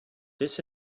this